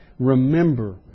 Remember